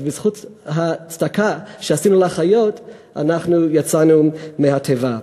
ובזכות הצדקה שעשינו לחיות יצאנו מהתיבה.